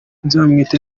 nzamwita